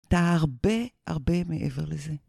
אתה הרבה, הרבה מעבר לזה.